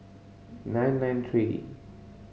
nine nine three